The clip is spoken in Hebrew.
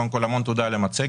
קודם כל, המון תודה על המצגת.